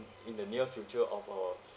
in the near future of our